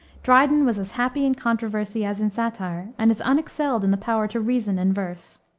dryden was as happy in controversy as in satire, and is unexcelled in the power to reason in verse.